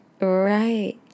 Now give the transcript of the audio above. right